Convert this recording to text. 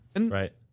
Right